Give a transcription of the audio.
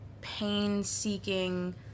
pain-seeking